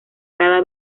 cada